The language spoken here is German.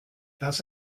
das